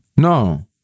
No